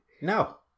No